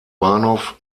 bahnhof